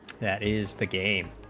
that is the game,